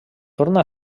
torna